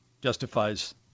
justifies